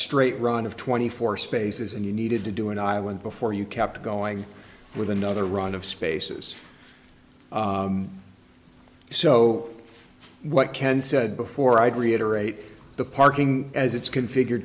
straight run of twenty four spaces and you needed to do an island before you kept going with another round of spaces so what ken said before i would reiterate the parking as it's configure